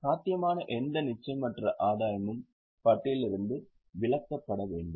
சாத்தியமான எந்த நிச்சயமற்ற ஆதாயமும் பட்டியலிலிருந்து விலக்கப்பட வேண்டும்